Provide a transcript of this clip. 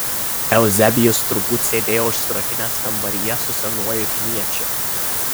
euzebijus turbūt sėdėjo užsirakinęs kambaryje su senuoju kiniečiu